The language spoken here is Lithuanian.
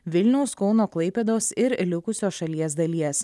vilniaus kauno klaipėdos ir likusios šalies dalies